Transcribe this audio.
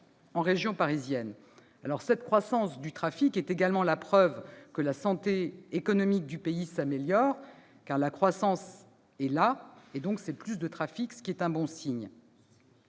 en région parisienne. Cette croissance du trafic est également la preuve que la santé économique du pays s'améliore, car, quand la croissance est là, elle engendre plus de trafic, ce qui est un bon signe.